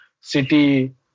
City